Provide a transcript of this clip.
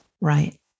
right